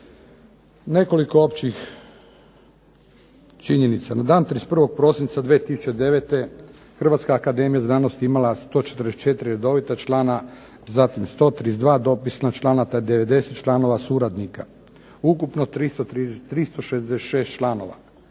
Nekoliko općih činjenica. Na dan 31. prosinca 2009. Hrvatska akademija znanosti je imala 144 redovita člana, zatim 132 dopisna člana te 90 članova suradnika. Ukupno 366 članova.